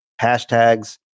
hashtags